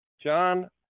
John